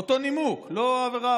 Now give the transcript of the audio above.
מאותו נימוק: לא עבירה.